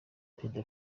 perezida